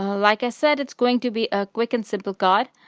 like i said, it's going to be a quick and simple card.